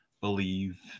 believe